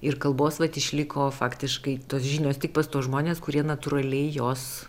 ir kalbos vat išliko faktiškai tos žinios tik pas tuos žmones kurie natūraliai jos